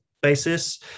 basis